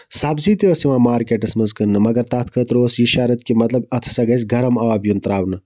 سَبزی تہِ ٲسۍ یِوان مارکٮ۪ٹَس منٛز کٕننہٕ مَگر تَتھ خٲطرٕ اوس یہِ شَرت کہِ اَتھ ہسا گژھِ گرم آب یُن تراونہٕ